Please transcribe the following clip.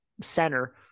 center